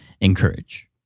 encourage